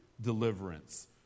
deliverance